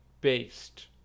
based